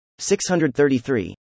633